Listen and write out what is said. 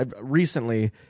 recently